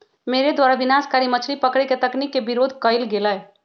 मेरे द्वारा विनाशकारी मछली पकड़े के तकनीक के विरोध कइल गेलय